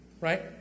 Right